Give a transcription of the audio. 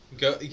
Go